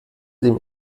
dem